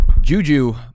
Juju